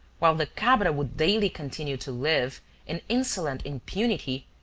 while the cabra would daily continue to live in insolent impunity,